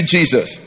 Jesus